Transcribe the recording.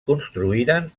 construïren